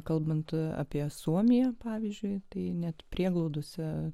kalbant apie suomiją pavyzdžiui tai net prieglaudose